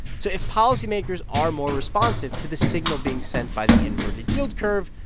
so if policymakers are more responsive to the signal being sent by the inverted yield curve,